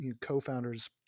co-founders